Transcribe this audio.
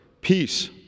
peace